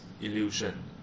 illusion